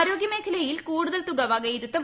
ആരോഗൃമേഖലയിൽ കൂടുതൽ തുക വകയിരുത്തും